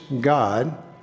God